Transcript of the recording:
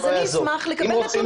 אז אני אשמח לקבל נתונים.